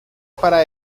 para